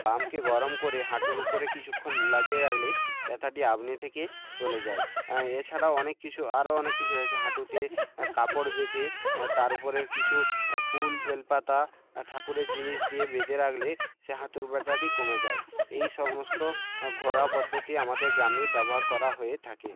বামকে গরম করে হাঁটুর উপরে কিছুক্ষণ লাগিয়ে রাখলে ব্যথাটি আপনি থেকে চলে যায় এছাড়াও অনেক কিছু আরও অনেক কিছু রয়েছে হাঁটুতে কাপড় বেঁধে তার ওপরেও কিছু ফুল বেলপাতা ঠাকুরের জিনিস দিয়ে বেঁধে রাখলে সে হাঁটুর ব্যথাটি কমে যায় এই সমস্ত ঘরোয়া পদ্ধতি আমাদের গ্রামে ব্যবহার করা হয়ে থাকে